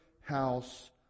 house